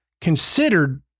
considered